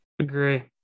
Agree